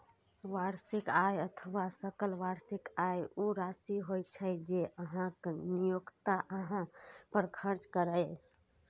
वार्षिक आय अथवा सकल वार्षिक आय ऊ राशि होइ छै, जे अहांक नियोक्ता अहां पर खर्च करैए